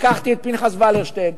לקחתי את פנחס ולרשטיין,